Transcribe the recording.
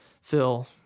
Phil